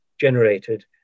generated